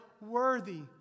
worthy